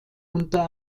unter